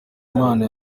imana